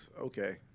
okay